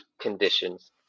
conditions